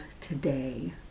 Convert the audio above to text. today